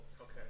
Okay